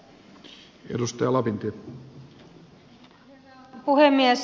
herra puhemies